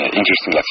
interesting